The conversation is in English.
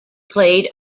played